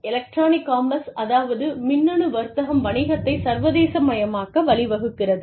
electronic commerce அதாவது மின்னணு வர்த்தகம் வணிகத்தை சர்வதேசமயமாக்க வழிவகுக்கிறது